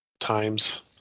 times